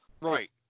Right